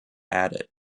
added